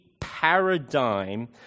paradigm